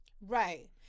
Right